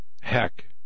heck